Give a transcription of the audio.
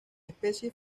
especie